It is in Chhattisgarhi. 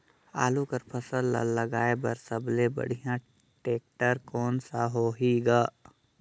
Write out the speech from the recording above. आलू कर फसल ल लगाय बर सबले बढ़िया टेक्टर कोन सा होही ग?